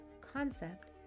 concept